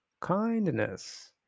kindness